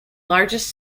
largest